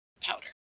powder